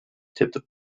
tipped